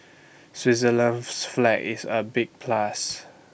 Switzerland's flag is A big plus